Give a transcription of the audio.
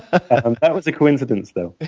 and that was a coincidence, though.